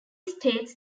states